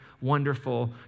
wonderful